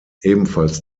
ebenfalls